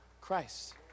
Christ